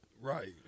right